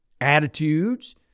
attitudes